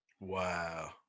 Wow